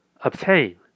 obtain